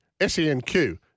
SENQ